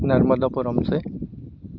नर्मदापुरम से